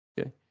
Okay